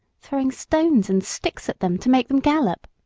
throwing stones and sticks at them to make them gallop.